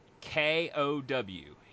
K-O-W